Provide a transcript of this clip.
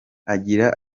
agira